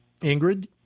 Ingrid